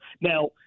now